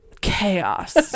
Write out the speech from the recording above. chaos